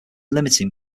limiting